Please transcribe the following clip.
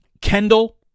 Kendall